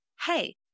Hey